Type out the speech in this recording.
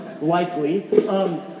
likely